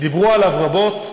דיברו עליו רבות,